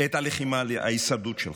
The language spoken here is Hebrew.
את הלחימה על ההישרדות שלך.